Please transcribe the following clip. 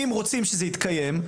אם רוצים שזה יתקיים,